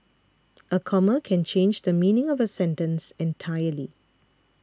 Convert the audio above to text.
a comma can change the meaning of a sentence entirely